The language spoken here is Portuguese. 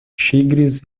tigres